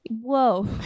Whoa